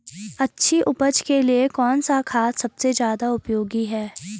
अच्छी उपज के लिए कौन सा खाद सबसे ज़्यादा उपयोगी है?